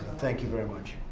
thank you very much.